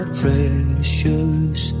precious